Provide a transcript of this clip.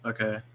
Okay